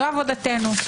זו עבודתנו.